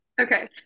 Okay